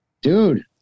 dude